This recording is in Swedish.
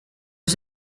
att